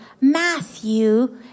Matthew